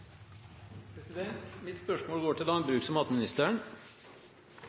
hovedspørsmål. Mitt spørsmål går til landbruks- og matministeren.